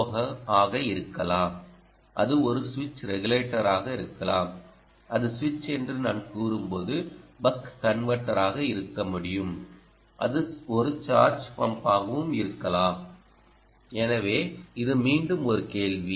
ஓ ஆக இருக்கலாம் அது ஒரு சுவிட்ச் ரெகுலேட்டராக இருக்கலாம் அது சுவிட்ச் என்று நான் கூறும்போது பக் கன்வெர்ட்டராக இருக்க முடியும் அது ஒரு சார்ஜ் பம்பாகவும் இருக்கலாம்எனவே இது மீண்டும் ஒரு கேள்வி